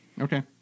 Okay